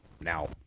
now